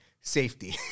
safety